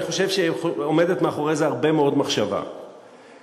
אני חושב שעומדת מאחורי זה מחשבה רבה מאוד,